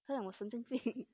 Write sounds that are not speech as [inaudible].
他讲我神经病 [laughs]